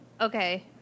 Okay